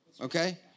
Okay